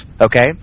okay